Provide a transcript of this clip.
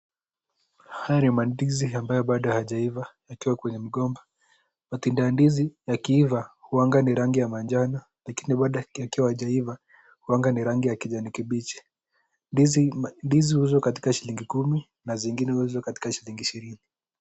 Haya ni mandizi ambayo Bado yajeiva yakiwa kwenye mgomba. Mtindo ya ndizi yakiiva uanga ni rangi ya manjano lakini bado yakiwa yajaiva uanga ya rangi ya kijani kibichi. Ndizi huuzwa katika shilingi kumi na zingine huuzwa katika shilingi ishirini.